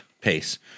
pace